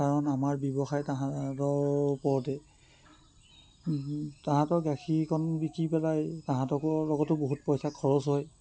কাৰণ আমাৰ ব্যৱসায় তাহাঁতৰ ওপৰতেই তাহাঁতৰ গাখীৰকণ বিকি পেলাই তাহাঁতকো লগতো বহুত পইচা খৰচ হয়